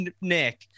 Nick